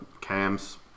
Cam's